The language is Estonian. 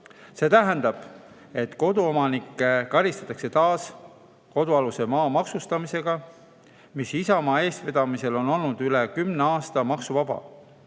See tähendab, et koduomanikke karistatakse taas kodualuse maa maksustamisega. Isamaa eestvedamisel on see maa olnud üle kümne aasta maksuvaba.